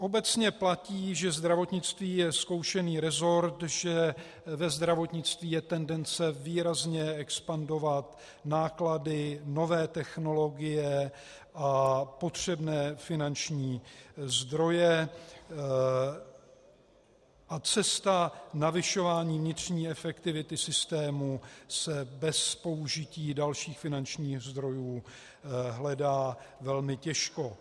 Obecně platí, že zdravotnictví je zkoušený resort, že ve zdravotnictví je tendence výrazně expandovat náklady, nové technologie a potřebné finanční zdroje, a cesta navyšování vnitřní efektivity systému se bez použití dalších finančních zdrojů hledá velmi těžko.